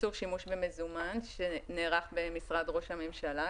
איסור שימוש במזומן שנערך במשרד ראש הממשלה,